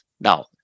Now